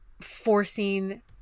forcing